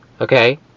okay